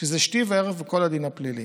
שזה שתי וערב בכל הדין הפלילי.